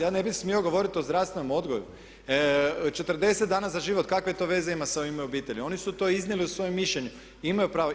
Ja ne bih smio govoriti o zdravstvenom odgoju, 40 dana za život, kakve to veze ima sa u ime obitelji, oni su to iznijeli u svoje mišljenje i imaju pravo.